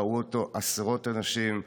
ראו אותו עשרות אנשים,